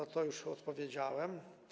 Na to już odpowiedziałem.